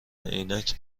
عینک